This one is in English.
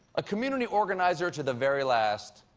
a community organizer to the very last,